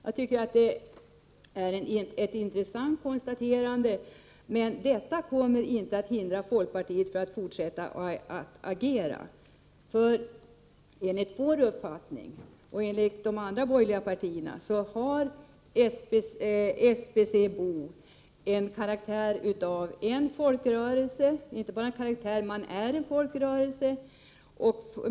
Det här är ett intressant konstaterande. Men detta kommer inte att hindra folkpartiet från att fortsätta att agera. Enligt vår uppfattning, och enligt de andra borgerliga partiernas uppfattning, har SBC BO karaktär av en folkrörelse — man är en folkrörelse.